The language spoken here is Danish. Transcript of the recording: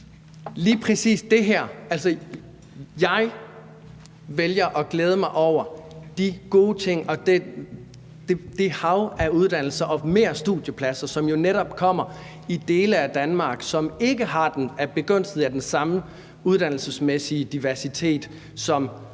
lige præcis det her vælger jeg at glæde mig over de gode ting og det hav af uddannelser og flere studiepladser, som jo netop kommer i dele af Danmark, som ikke er begunstiget med den samme uddannelsesmæssige diversitet, som man ser